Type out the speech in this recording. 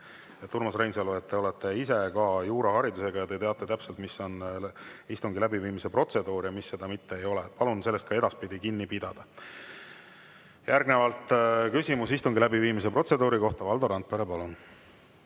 Urmas Reinsalu, te olete ise juuraharidusega ja teate täpselt, mis on istungi läbiviimise protseduur ja mis seda ei ole. Palun ka sellest edaspidi kinni pidada. Järgnevalt küsimus istungi läbiviimise protseduuri kohta. Valdo Randpere, palun!